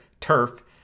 turf